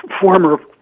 former